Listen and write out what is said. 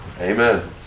Amen